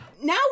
Now